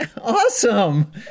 Awesome